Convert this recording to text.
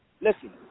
Listen